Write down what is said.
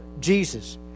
Jesus